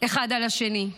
אחד על השני.